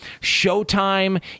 Showtime